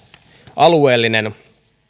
alueellinen